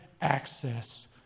access